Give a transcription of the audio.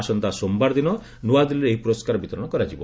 ଆସନ୍ତା ସୋମବାରଦିନ ନୂଆଦିଲ୍ଲୀରେ ଏହି ପୁରସ୍କାର ବିତରଣ କରାଯିବ